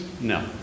No